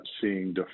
seeing